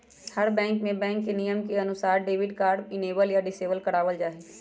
हर bank में bank के नियम के अनुसार डेबिट कार्ड इनेबल या डिसेबल करवा वल जाहई